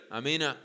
Amen